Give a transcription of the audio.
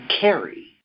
carry